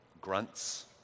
grunts